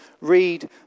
read